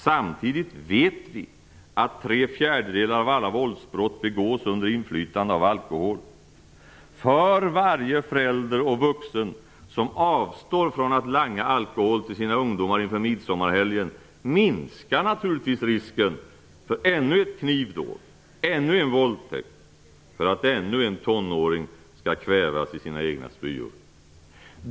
Samtidigt vet vi att tre fjärdedelar av alla våldsbrott begås under inflytande av alkohol. För varje förälder och vuxen som avstår från att langa alkohol till sina ungdomar inför midsommarhelgen minskar naturligtvis risken för ännu ett knivdåd, för ännu en våldtäkt, för att ännu en tonåring skall kvävas av sina egna spyor.